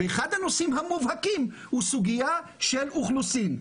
אחד הנושאים המובהקים הוא סוגיה של אוכלוסין.